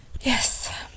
Yes